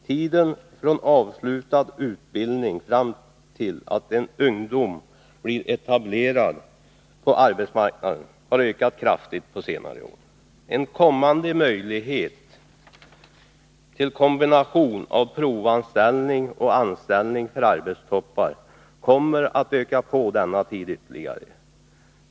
Tiden från avslutad utbildning fram till att en ungdom blir etablerad på arbetsmarknaden har ökat kraftigt på senare år. En kommande möjlighet till kombination av provanställning och anställning för arbetstoppar kommer att öka på denna tid ytterligare.